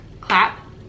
clap